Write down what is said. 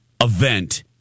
event